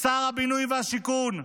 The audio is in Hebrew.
שר הבינוי והשיכון,